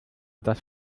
das